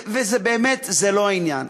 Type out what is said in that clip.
וזה באמת זה לא העניין,